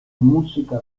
música